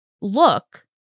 look